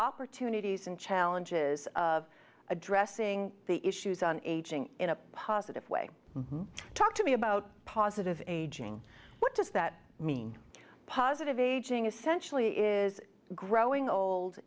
opportunities and challenges of addressing the issues on aging in a positive way talk to me about positive aging what does that mean positive aging essentially is growing old